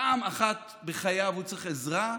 פעם אחת בחייו הוא צריך עזרה,